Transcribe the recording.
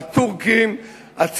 הטורקים, הצלבנים,